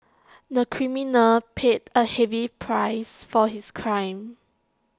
the criminal paid A heavy price for his crime